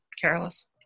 careless